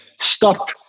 stop